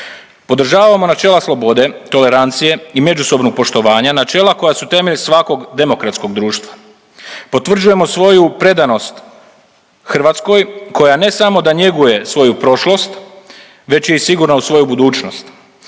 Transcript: Podržavamo načela slobode, tolerancije i međusobnog poštovanja, načela koja su temelj svakog demokratskog društva. Potvrđujemo svoju predanost Hrvatskoj koja ne samo da njeguje svoju prošlost već je i sigurna u svoju budućnost.